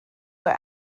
were